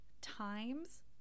times